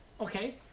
Okay